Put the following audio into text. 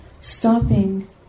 stopping